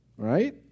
Right